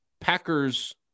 Packers